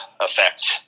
effect